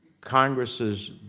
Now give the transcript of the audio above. Congress's